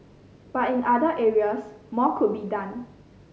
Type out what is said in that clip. but in other areas more could be done